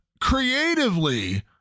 creatively